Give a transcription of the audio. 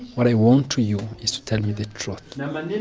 what i want to you is to tell me the truth